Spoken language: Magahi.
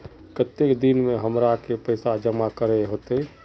केते दिन में हमरा के पैसा जमा करे होते?